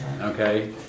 Okay